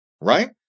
right